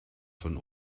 von